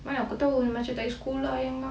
mana aku tahu macam tak gi sekolah aja kau